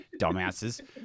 Dumbasses